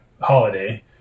Holiday